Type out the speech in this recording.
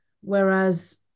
whereas